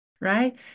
right